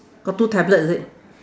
got two tablet is it